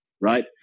right